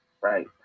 right